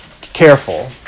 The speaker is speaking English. careful